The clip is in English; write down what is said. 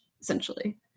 essentially